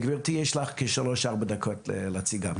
גברתי, יש לך כ-3-4 דקות להציג.